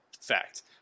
fact